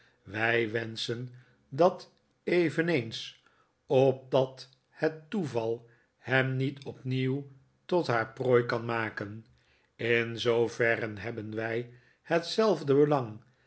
wij wenschen dat eveneens opdat het toeval hem niet opnieuw tot haar prooi kan maken in zooverre hebben wij hetzelfde belang